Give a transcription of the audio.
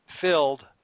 filled